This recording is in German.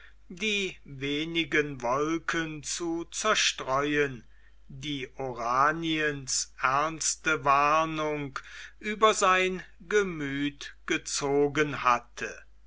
die wenigen wolken zu zerstreuen die oraniens ernste warnung über sein gemüth gezogen hatte